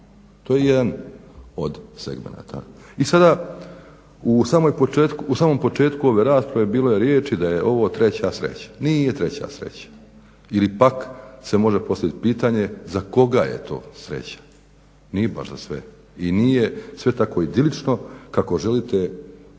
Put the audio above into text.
To je jedan od segmenata. I sada u samom početku ove rasprave bilo je riječi da je ovo treća sreća. Nije treća sreća ili pak se može postaviti pitanje za koga je to sreća. Nije baš za sve i nije sve tako idilično kako želite i